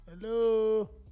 Hello